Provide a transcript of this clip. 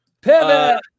pivot